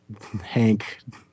Hank